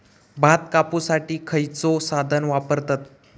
भात कापुसाठी खैयचो साधन वापरतत?